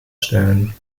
stellen